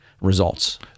results